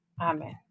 Amen